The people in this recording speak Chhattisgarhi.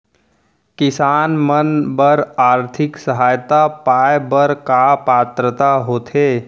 किसान मन बर आर्थिक सहायता पाय बर का पात्रता होथे?